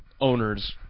owners